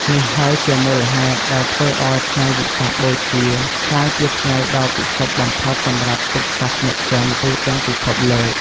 នេះហើយជាមូលហេតុដែលធ្វើឱ្យថ្ងៃវិសាខបូជាក្លាយជាថ្ងៃដ៏ពិសិដ្ឋបំផុតសម្រាប់ពុទ្ធសាសនិកជនទូទាំងពិភពលោក។